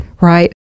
Right